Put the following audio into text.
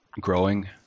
growing